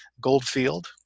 Goldfield